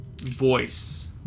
voice